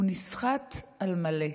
הוא נסחט על מלא,